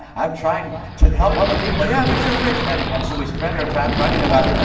i'm trying to help other people. yeah, but you're rich! and and so we spent our time talking about